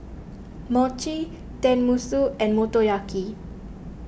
Mochi Tenmusu and Motoyaki